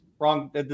Wrong